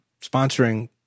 sponsoring